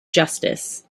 justice